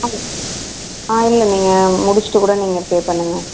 ஆ இல்லை நீங்கள் முடிச்சிவிட்டு கூட நீங்கள் பே பண்ணுங்கள்